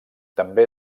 també